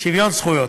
שוויון זכויות.